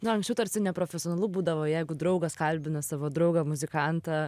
na anksčiau tarsi neprofesionalu būdavo jeigu draugas kalbina savo draugą muzikantą